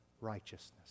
righteousness